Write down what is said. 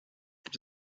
gibt